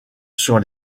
sur